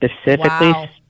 specifically